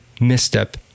misstep